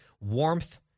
warmth